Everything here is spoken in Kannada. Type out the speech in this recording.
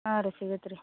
ಹಾಂ ರೀ ಸಿಗತ್ತೆ ರೀ